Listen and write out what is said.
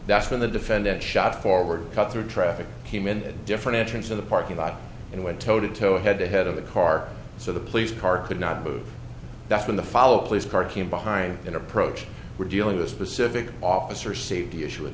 that's when the defendant shot forward cut through traffic came in at different entrance to the parking lot and went toe to toe head to head of the car so the police car could not move that's when the follow police car came behind an approach we're dealing with a specific officer safety issue at